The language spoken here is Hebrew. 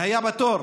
והיה בתור,